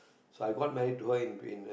so I got married to her in in